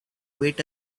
wait